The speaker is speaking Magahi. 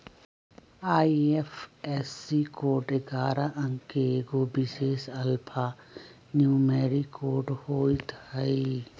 आई.एफ.एस.सी कोड ऐगारह अंक के एगो विशेष अल्फान्यूमैरिक कोड होइत हइ